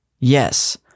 Yes